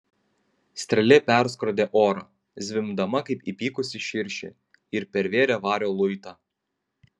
strėlė perskrodė orą zvimbdama kaip įpykusi širšė ir pervėrė vario luitą